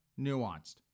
nuanced